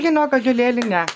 žinok ąžuolėli ne